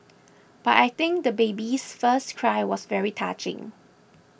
but I think the baby's first cry was very touching